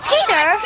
Peter